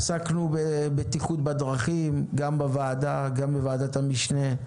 עסקנו בבטיחות בדרכים גם בוועדה, גם בוועדת המשנה.